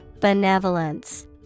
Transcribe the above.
Benevolence